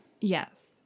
Yes